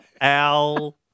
Al